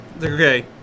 okay